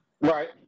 right